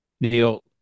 Neil